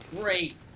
great